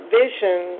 vision